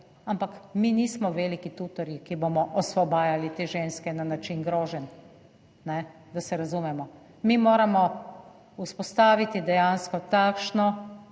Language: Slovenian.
ampak mi nismo veliki tutorji, ki bomo osvobajali te ženske na način groženj, da se razumemo. Mi moramo vzpostaviti dejansko takšno